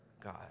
God